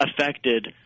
affected